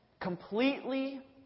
completely